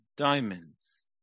Diamonds